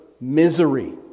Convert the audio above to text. misery